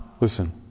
Listen